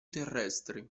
terrestri